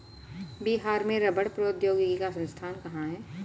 बिहार में रबड़ प्रौद्योगिकी का संस्थान कहाँ है?